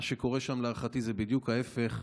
מה שקורה שם להערכתי זה בדיוק ההפך: